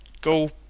go